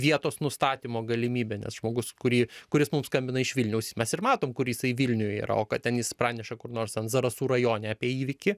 vietos nustatymo galimybė nes žmogus kurį kuris mums skambina iš vilniaus mes ir matom kur jisai vilniuj yra o ką ten jis praneša kur nors ten zarasų rajone apie įvykį